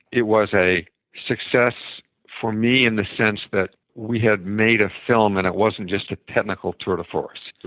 it was a success for me in the sense that we had made a film, and it wasn't just a technical tour de force.